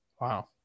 Wow